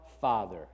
Father